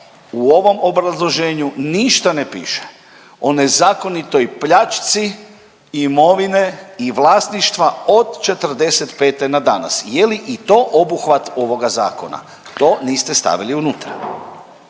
u ovom obrazloženju ništa ne piše o nezakonito pljačci imovine i vlasništva od '45. na danas. Je li i to obuhvat ovoga zakona? To niste stavili unutra.